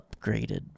upgraded